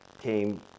came